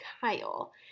Kyle